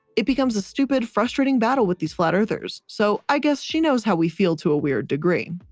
it becomes a stupid frustrating battle with these flat-earthers. so, i guess she knows how we feel to a weird degree.